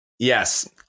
yes